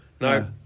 No